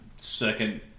second